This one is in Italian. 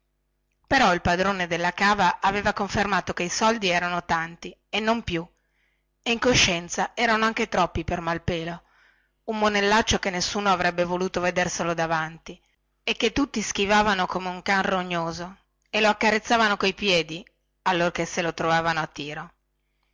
però il padrone della cava aveva confermato che i soldi erano tanti e non più e in coscienza erano anche troppi per malpelo un monellaccio che nessuno avrebbe voluto vederselo davanti e che tutti schivavano come un can rognoso e lo accarezzavano coi piedi allorchè se lo trovavano a tiro